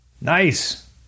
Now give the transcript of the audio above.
Nice